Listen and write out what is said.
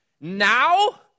now